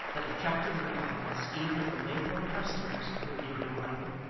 that attracted the regards even of the maypole customers who knew him well,